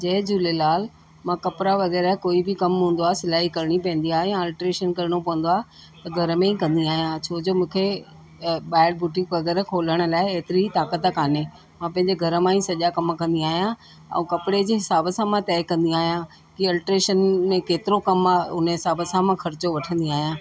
जय झूलेलाल मां कपिड़ा वग़ैरह कोई बि कमु हूंदो आहे सिलाई करिणी या अल्त्रेशन करिणो पवंदो आहे त घर में ई कंदी आहियां छो जो मूंखे ॿाहिरि बुटिक वग़ैरह खोलण लाइ एतिरी ताक़त कान्हे मां पंहिंजे घर मां ई सॼा कम कंदी आहियां ऐं कपिड़े जे हिसाब सां मां तय कंदी आहियां की अल्ट्रेशन में केतिरो कमु आहे उन हिसाब सां मां ख़र्चो वठंदी आहियां